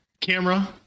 camera